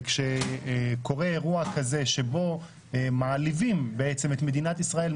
כשקורה אירוע כזה שבו מעליבים את מדינת ישראל,